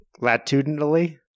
Latitudinally